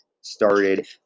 started